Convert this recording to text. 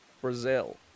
Brazil